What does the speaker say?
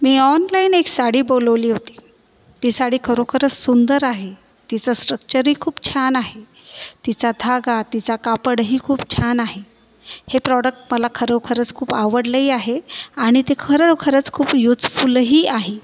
मी online एक साडी बोलवली होती ती साडी खरोखरच सुंदर आहे तिचं स्ट्रकचर पण खूप छान आहे तिचा धागा तिचा कापडही खूप छान आहे हे प्रॉडक्ट मला खरोखरच खूप आवडले ही आहे आणि ते खरोखरच खूप युसफूलही आहे